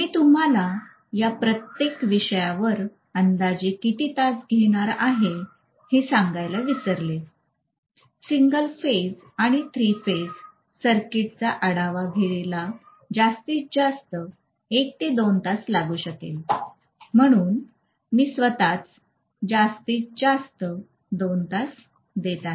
मी तुम्हाला या प्रत्येक विषयावर अंदाजे किती तास घेणार आहे हे सांगायला विसरले सिंगल फेज आणि थ्री फेज सर्किटचा आढावा घ्यायला जास्तीत जास्त 1 ते 2 तास लागू शकेल म्हणून मी स्वत च जास्तीत जास्त दोन तास देत आहे